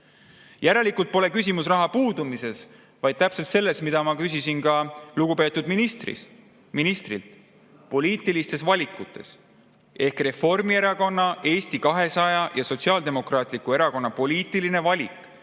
Järelikult pole küsimus raha puudumises, vaid täpselt selles, mille kohta ma küsisin ka lugupeetud ministrilt – poliitilistes valikutes. Ehk Reformierakonna, Eesti 200 ja Sotsiaaldemokraatliku Erakonna poliitiline valik